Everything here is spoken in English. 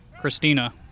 Christina